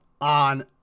on